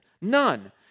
None